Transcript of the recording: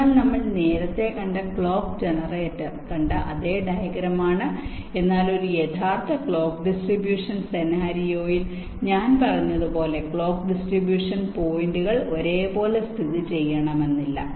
അതിനാൽ നമ്മൾ നേരത്തെ കണ്ട ക്ലോക്ക് ജനറേറ്റർ കണ്ട അതേ ഡയഗ്രമാണ് എന്നാൽ ഒരു യഥാർത്ഥ ക്ലോക്ക് ഡിസ്ട്രിബൂഷൻ സെനാരിയോയിൽ ഞാൻ പറഞ്ഞതുപോലെ ക്ലോക്ക് ഡിസ്ട്രിബ്യൂഷൻ പോയിന്റുകൾ ഒരേപോലെ സ്ഥിതിചെയ്യണമെന്നില്ല